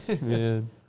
man